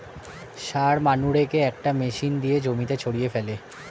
সার মানুরেকে একটা মেশিন দিয়ে জমিতে ছড়িয়ে ফেলে